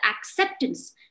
acceptance